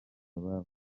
ababo